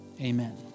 Amen